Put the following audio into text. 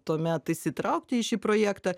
tuomet įsitraukti į šį projektą